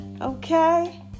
okay